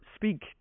Speak